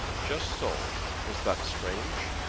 just so. was that strange?